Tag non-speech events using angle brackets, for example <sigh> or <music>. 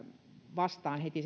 vastaan heti <unintelligible>